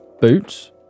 boots